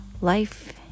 life